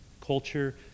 Culture